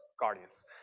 guardians